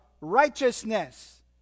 righteousness